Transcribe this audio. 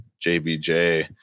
JBJ